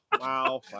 Wow